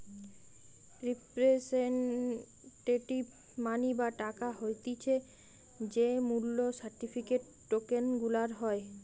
representative money বা টাকা হতিছে যেই মূল্য সার্টিফিকেট, টোকেন গুলার হয়